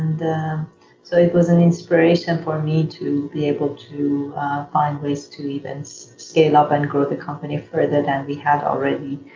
so it was an inspiration for me to be able to find ways to even so scale up and grow the company further than we have already.